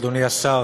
אדוני השר,